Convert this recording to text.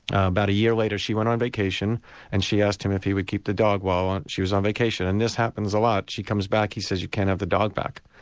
about a year later she went on vacation and she asked him if he would keep the dog while she was on vacation, and this happens a lot. she comes back, he says, you can't have the dog back.